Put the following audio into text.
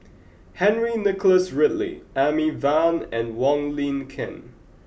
Henry Nicholas Ridley Amy Van and Wong Lin Ken